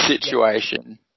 situation